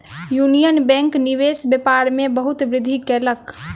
union Bank निवेश व्यापार में बहुत वृद्धि कयलक